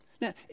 Now